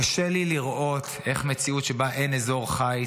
קשה לי לראות איך מציאות שבה אין אזור חיץ,